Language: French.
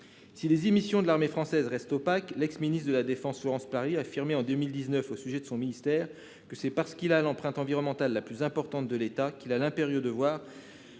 Si les émissions de l'armée française restent opaques, l'ancienne ministre de la défense Florence Parly affirmait en 2019 que c'est parce que ce ministère a l'empreinte environnementale la plus importante de l'État qu'il a l'impérieux devoir